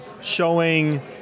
showing